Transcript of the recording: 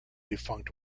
defunct